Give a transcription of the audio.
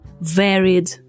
varied